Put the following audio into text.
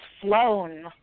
flown